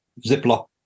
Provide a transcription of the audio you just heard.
Ziploc